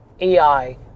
AI